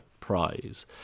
prize